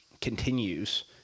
continues